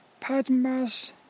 Padmas